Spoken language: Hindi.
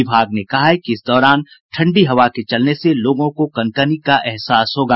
विभाग ने कहा है कि इस दौरान ठंडी हवा के चलने से लोगों को कनकनी का एहसास होगा